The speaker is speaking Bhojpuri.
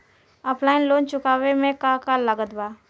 ऑफलाइन लोन चुकावे म का का लागत बा?